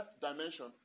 dimension